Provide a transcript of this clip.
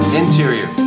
interior